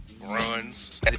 runs